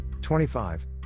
25